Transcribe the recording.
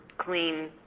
clean